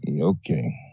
Okay